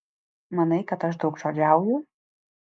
manai kad aš daugžodžiauju